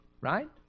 right